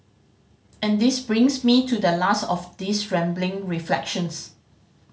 and this brings me to the last of these rambling reflections